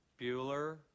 Bueller